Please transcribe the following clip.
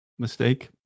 Mistake